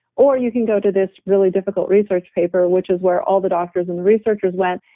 or you can go to this really difficult research paper, which is where all the doctors and the researchers went.